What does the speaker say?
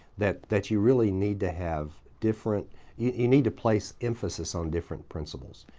that that you really need to have different you need to place emphasis on different principles.